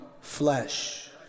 flesh